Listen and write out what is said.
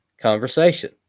conversation